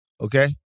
Okay